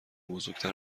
بزرگتر